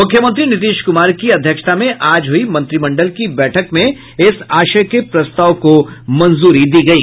मुख्यमंत्री नीतीश कुमार की अध्यक्षता में आज हुई मंत्रिमंडल की बैठक में इस आशय के प्रस्ताव को मंजूरी दी गयी